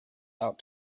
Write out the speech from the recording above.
out